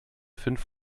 fünf